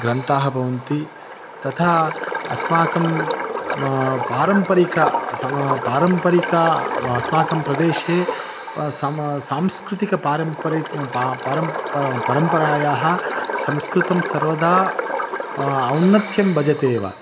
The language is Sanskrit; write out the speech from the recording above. ग्रन्थाः भवन्ति तथा अस्माकं मा पारम्परिकं सम पारम्परिकम् अस्माकं प्रदेशे प समा सांस्कृतिकं पारम्परिकं प परम्परा परम्परायाः संस्कृतं सर्वदा औन्नत्यं भजतेव